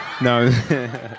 No